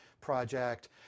project